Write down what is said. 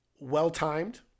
well-timed